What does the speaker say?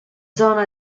zona